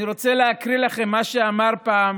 אני רוצה להקריא לכם מה שאמר פעם